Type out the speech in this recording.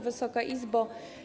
Wysoka Izbo!